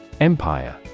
Empire